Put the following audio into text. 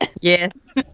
Yes